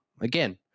Again